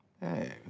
hey